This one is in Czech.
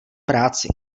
práci